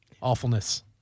Awfulness